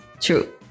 True